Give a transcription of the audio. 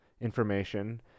information